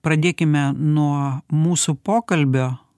pradėkime nuo mūsų pokalbio